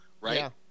right